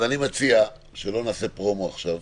אז אני מציע שלא נעשה פרומו עכשיו.